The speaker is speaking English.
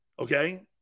Okay